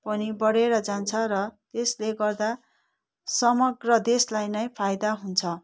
पनि बढेर जान्छ र त्यसले गर्दा समग्र देशलाई नै फाइदा हुन्छ